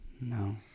No